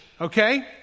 Okay